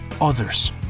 others